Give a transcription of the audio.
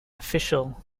official